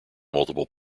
multiple